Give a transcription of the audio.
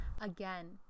Again